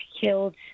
killed